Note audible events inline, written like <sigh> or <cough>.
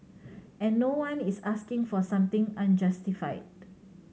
<noise> and no one is asking for something unjustified